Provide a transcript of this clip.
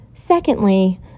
Secondly